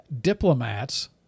diplomats